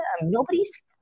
Nobody's